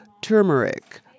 Turmeric